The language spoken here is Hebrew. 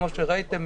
כמו שראיתם,